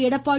Edappadi